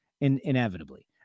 inevitably